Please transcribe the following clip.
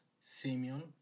Simeon